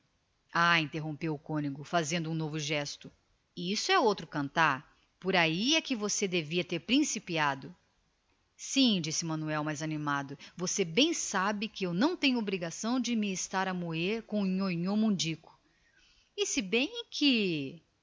ah interrompeu o cônego tomando uma nova atitude isso é outro cantar por ai é que você devia ter principiado sim tornou manuel com mais ânimo você bem sabe que não tenho obrigação de estar a moer me com o nhonhô mundico e se bem que